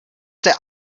der